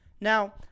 Now